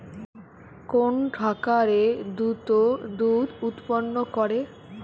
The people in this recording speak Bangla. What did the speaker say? কোন খাকারে দ্রুত দুধ উৎপন্ন করে?